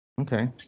Okay